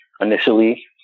initially